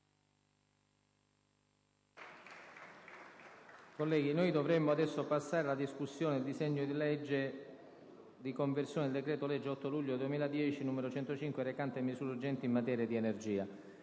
Colleghi, dovremmo ora procedere alla discussione del disegno di legge di conversione del decreto-legge 8 luglio 2010, n. 105, recante misure urgenti in materia di energia.